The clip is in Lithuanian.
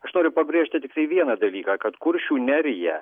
aš noriu pabrėžti tiktai vieną dalyką kad kuršių nerija